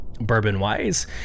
bourbon-wise